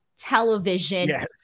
television